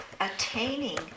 attaining